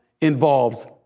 involves